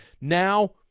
Now